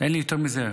אין לי יותר מזה,